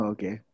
Okay